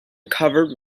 covered